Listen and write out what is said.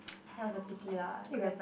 that was a pity lah could have like